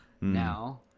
Now